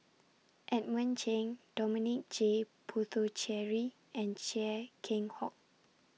Edmund Cheng Dominic J Puthucheary and Chia Keng Hock